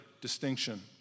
distinction